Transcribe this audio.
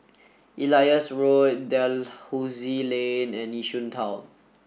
Elias Road Dalhousie Lane and Yishun Town